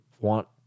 want